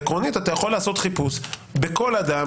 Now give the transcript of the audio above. עקרונית אתה יכול לעשות חיפוש בכל אדם